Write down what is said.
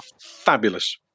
fabulous